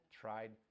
tried